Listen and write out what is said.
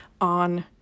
on